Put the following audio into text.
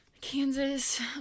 Kansas